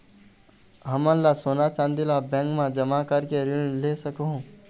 हमन का सोना चांदी ला बैंक मा जमा करके ऋण ले सकहूं?